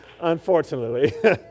Unfortunately